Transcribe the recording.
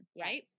right